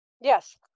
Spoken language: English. Yes